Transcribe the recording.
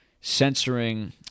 censoring